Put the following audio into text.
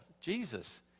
Jesus